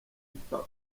upfa